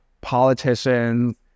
politicians